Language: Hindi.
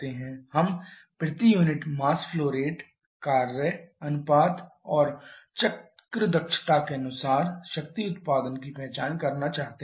हम प्रति यूनिट मास फ्लो रेट कार्य अनुपात और चक्र दक्षता के अनुसार शक्ति उत्पादन की पहचान करना चाहते हैं